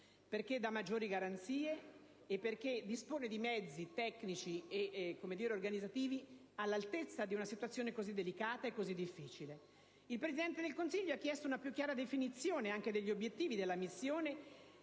offre maggiori garanzie e dispone di mezzi tecnici e organizzativi all'altezza di una situazione così delicata e difficile. Il Presidente del Consiglio ha chiesto anche una più chiara definizione degli obiettivi della missione,